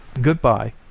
Goodbye